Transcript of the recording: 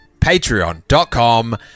patreon.com